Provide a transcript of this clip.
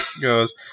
goes